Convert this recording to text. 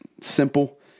simple